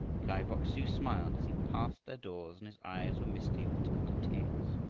kai bok-su smiled as he passed their doors and his eyes were misty with tender tears.